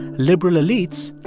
liberal elites,